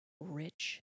rich